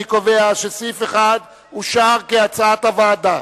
אני קובע שסעיף 1 אושר כהצעת הוועדה.